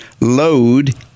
Load